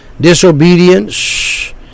disobedience